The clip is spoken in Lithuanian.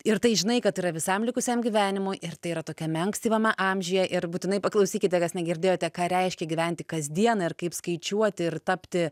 ir tai žinai kad yra visam likusiam gyvenimui ir tai yra tokiame ankstyvame amžiuje ir būtinai paklausykite kas negirdėjote ką reiškia gyventi kasdieną ir kaip skaičiuoti ir tapti